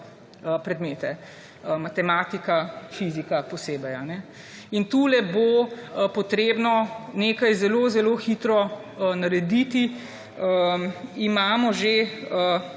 predmete – matematika, fizika posebej. In tu bo treba nekaj zelo zelo hitro narediti. Imamo že